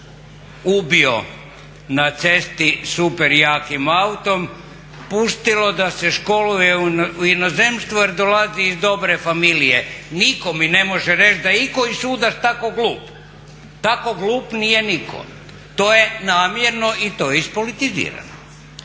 ubio na cesti super jakim autom pustilo da se školuje u inozemstvu jer dolazi iz dobre familije. Nitko mi ne može reći da je ikoji sudac tako glup. Tako glup nije nitko. To je namjerno i to je ispolitizirano.